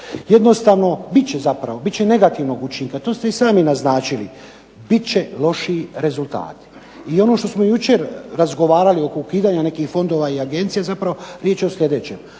učinka. Bit će zapravo, bit će negativnog učinka. To ste i sami naznačili. Bit će lošiji rezultati. I ono što smo jučer razgovarali oko ukidanja nekih fondova i agencija riječ je o sljedećem,